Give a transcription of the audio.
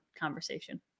conversation